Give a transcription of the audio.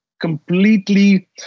completely